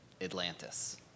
Atlantis